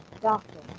doctor